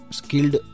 skilled